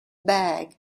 bag